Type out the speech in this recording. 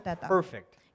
perfect